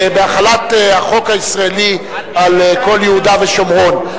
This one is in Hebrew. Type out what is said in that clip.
בהחלת החוק הישראלי על כל יהודה ושומרון,